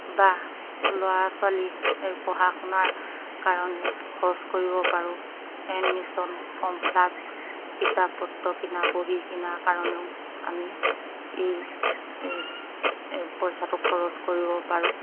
বা ল'ৰা ছোৱালীৰ পঢ়া শুনাৰ কাৰণে খৰচ কৰিব পাৰোঁ এডমিশন ফৰ্ম ফিল আপ কিতাপ পত্ৰ কিনা বহী কিনাৰ কাৰণেও আমি এই এই পইচাটো খৰচ কৰিব পাৰোঁ